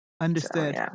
understood